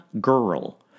girl